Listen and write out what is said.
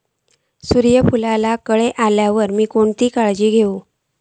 सूर्यफूलाक कळे इल्यार मीया कोणती काळजी घेव?